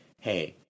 hey